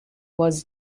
was